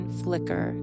flicker